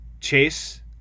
Chase